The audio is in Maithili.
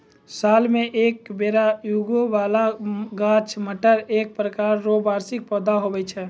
साल मे एक बेर उगै बाला गाछ मटर एक प्रकार रो वार्षिक पौधा हुवै छै